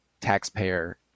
taxpayer